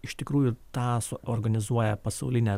iš tikrųjų tą suorganizuoja pasaulinė